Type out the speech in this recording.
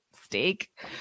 steak